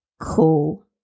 cool